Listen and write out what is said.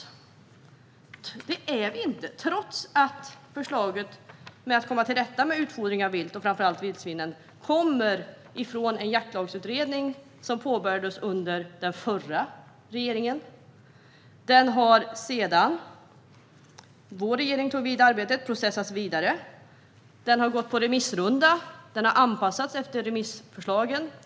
Men det är vi inte, trots att förslaget för att komma till rätta med utfodring av vilt, framför allt vildsvinen, kommer från Jaktlagsutredningen som påbörjades under den förra regeringen. Vår regering tog vid i det arbetet, och det processades vidare. Det har anpassats efter remissförslagen.